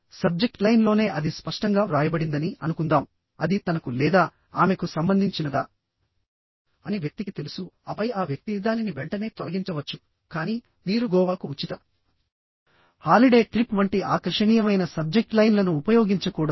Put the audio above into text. subject లైన్లోనే అది స్పష్టంగా వ్రాయబడిందని అనుకుందాం అది తనకు లేదా ఆమెకు సంబంధించినదా అని వ్యక్తికి తెలుసు ఆపై ఆ వ్యక్తి దానిని వెంటనే తొలగించవచ్చు కానీ మీరు గోవాకు ఉచిత హాలిడే ట్రిప్ వంటి ఆకర్షణీయమైన సబ్జెక్ట్ లైన్లను ఉపయోగించకూడదు